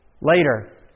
Later